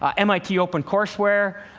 um mit opencourseware,